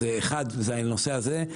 אז אחד זה הנושא הזה.